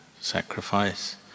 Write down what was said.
sacrifice